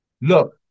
Look